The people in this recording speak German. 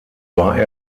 war